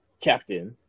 captain